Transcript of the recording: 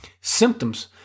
symptoms